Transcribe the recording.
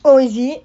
oh is it